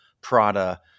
Prada